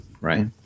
right